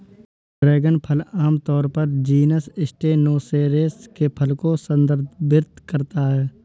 dragon फल आमतौर पर जीनस स्टेनोसेरेस के फल को संदर्भित करता है